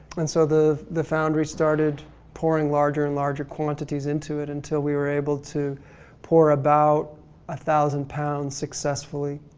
and so, the, the foundry started pouring larger and larger quantities into it until we were able to pour about a thousand pounds successfully.